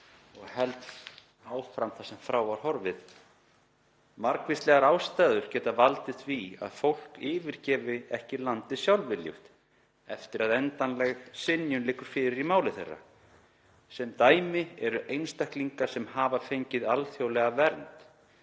Ég held áfram þar sem frá var horfið: „Margvíslegar ástæður geta valdið því að fólk yfirgefi ekki landið sjálfviljugt eftir að endanleg synjun liggur fyrir í máli þeirra, sem dæmi eru einstaklingar sem hafa fengið alþjóðlega vernd